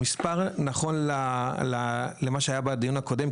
המספר נכון למה שהיה בדיון הקודם,